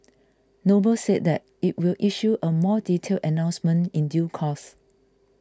Noble said that it will issue a more detailed announcement in due course